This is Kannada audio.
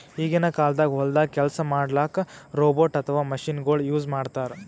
ಈಗಿನ ಕಾಲ್ದಾಗ ಹೊಲ್ದಾಗ ಕೆಲ್ಸ್ ಮಾಡಕ್ಕ್ ರೋಬೋಟ್ ಅಥವಾ ಮಷಿನಗೊಳು ಯೂಸ್ ಮಾಡ್ತಾರ್